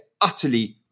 utterly